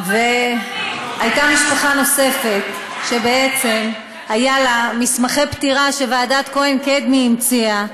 הייתה משפחה נוספת שבעצם היו לה מסמכי פטירה שוועדת כהן קדמי המציאה.